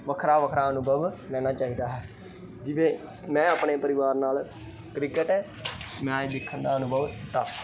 ਵੱਖਰਾ ਵੱਖਰਾ ਅਨੁਭਵ ਲੈਣਾ ਚਾਹੀਦਾ ਹੈ ਜਿਵੇਂ ਮੈਂ ਆਪਣੇ ਪਰਿਵਾਰ ਨਾਲ ਕ੍ਰਿਕਟ ਮੈਚ ਦੇਖਣ ਦਾ ਅਨੁਭਵ ਕੀਤਾ